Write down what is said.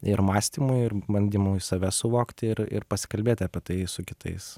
ir mąstymui ir bandymui save suvokti ir ir pasikalbėti apie tai su kitais